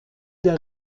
der